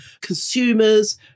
consumers